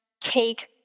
take